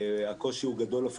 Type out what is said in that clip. מודל.